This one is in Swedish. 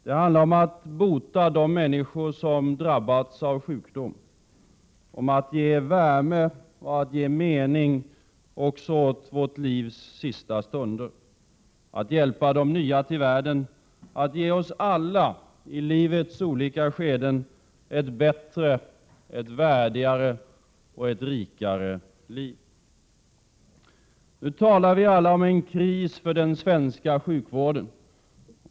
Det handlar om att bota de människor som har drabbats av sjukdom, att ge värme och mening också åt vårt livs sista stunder. Det handlar om att hjälpa de nya till världen och att ge oss alla i livets olika skeden ett bättre, värdigare och rikare liv. Nu talar vi alla om en kris för den svenska sjukvården.